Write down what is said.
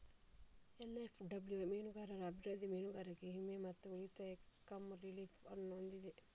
NSW ಮೀನುಗಾರರ ಅಭಿವೃದ್ಧಿ, ಮೀನುಗಾರರಿಗೆ ವಿಮೆ ಮತ್ತು ಉಳಿತಾಯ ಕಮ್ ರಿಲೀಫ್ ಅನ್ನು ಹೊಂದಿದೆ